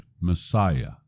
Messiah